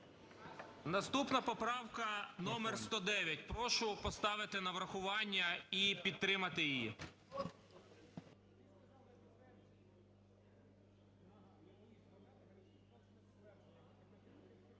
Наступна поправка номер 109. Прошу поставити на врахування і підтримати її.